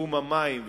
בתחום המים,